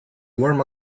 warm